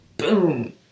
boom